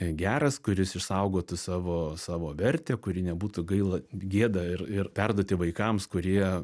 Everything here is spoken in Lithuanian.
geras kuris išsaugotų savo savo vertę kurį nebūtų gaila gėda ir ir perduoti vaikams kurie